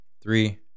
Three